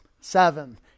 seven